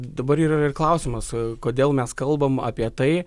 dabar yra ir klausimas kodėl mes kalbam apie tai